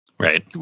Right